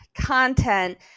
content